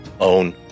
own